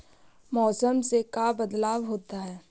मौसम से का बदलाव होता है?